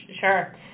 Sure